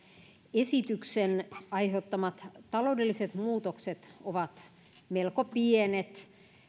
esityksen aiheuttamat taloudelliset muutokset ovat melko pienet